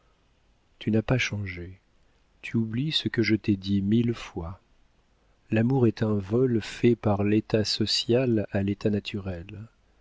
tu n'as pas changé tu oublies ce que je t'ai dit mille fois l'amour est un vol fait par l'état social à l'état naturel